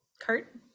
Kurt